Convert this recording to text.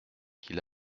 qu’il